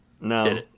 No